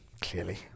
Clearly